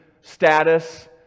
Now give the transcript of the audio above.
status